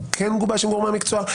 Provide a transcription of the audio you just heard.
או כן גובש עם גורמי המקצוע?